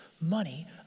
money